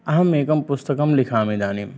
अहमेकं पुस्तकं लिखामि इदानीं